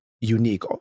unique